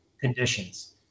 conditions